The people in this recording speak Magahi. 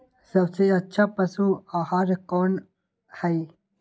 सबसे अच्छा पशु आहार कोन हई?